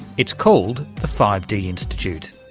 it's called the five d institute.